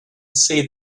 see